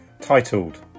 Titled